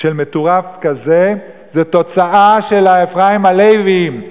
של מטורף כזה זה תוצאה של ה"אפרים הלוויים",